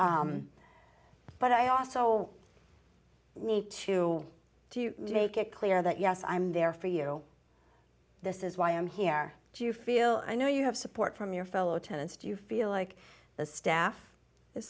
true but i also we need to do you make it clear that yes i'm there for you this is why i'm here do you feel i know you have support from your fellow tenants do you feel like the staff is